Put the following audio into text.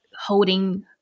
holding